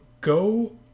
go